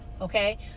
okay